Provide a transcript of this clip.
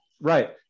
Right